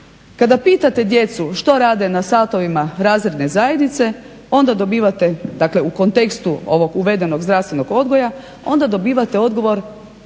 Kada pitate djecu što rade na satovima razredne zajednice onda dobivate, dakle u kontekstu ovog uvedenog zdravstvenog odgoja onda dobivate odgovor